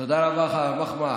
תודה רבה לך על המחמאה.